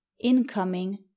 incoming